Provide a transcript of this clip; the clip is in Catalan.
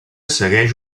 segueix